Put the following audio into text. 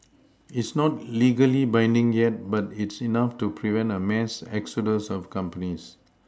it's not legally binding yet but it's enough to prevent a mass exodus of companies